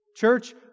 Church